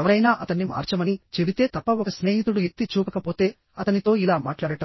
ఎవరైనా అతన్ని మార్చమని చెబితే తప్ప ఒక స్నేహితుడు ఎత్తి చూపకపోతే అతనితో ఇలా మాట్లాడటం